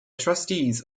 trustees